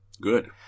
Good